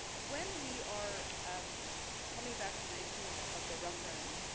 when we are coming back to the issue of of the referendum,